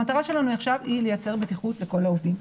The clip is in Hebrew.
המטרה שלנו עכשיו היא לייצר בטיחות לכל העובדים.